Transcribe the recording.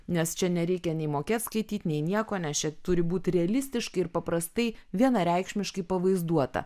nes čia nereikia nei mokėt skaityt nei nieko nes čia turi būt realistiški ir paprastai vienareikšmiškai pavaizduota